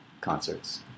concerts